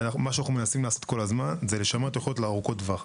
מה שאנו מנסים לעשות כל הזמן זה לשמר תוכניות ארוכות טווח.